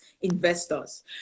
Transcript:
investors